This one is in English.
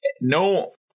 No